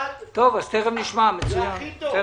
מהמשרד זה הכי טוב.